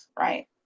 right